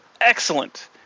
excellent